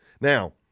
Now